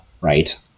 right